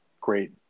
great